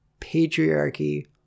patriarchy